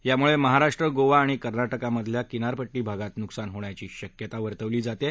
यामुळे महाराष्ट्र गोवा आणि कर्नाटकमधल्या किनारपट्टी भागात नुकसान होण्याची शक्यता वर्तवली जाते